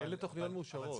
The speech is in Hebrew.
-- אלה תכניות מאושרות.